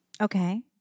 Okay